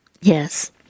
Yes